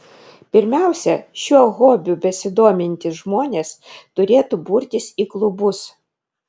pirmiausia šiuo hobiu besidomintys žmonės turėtų burtis į klubus